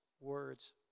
words